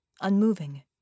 unmoving